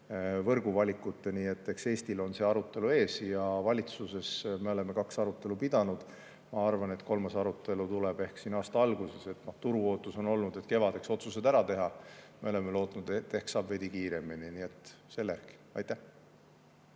võrguvalikute kaudu. Nii et eks Eestil on see arutelu ees. Valitsuses me oleme kaks arutelu pidanud, ma arvan, et kolmas arutelu tuleb ehk aasta alguses. Turu ootus on, et kevadeks tuleks otsused ära teha, me oleme lootnud, et ehk saab veidi kiiremini. Nii et selle järgi. Aitäh!